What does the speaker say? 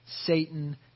Satan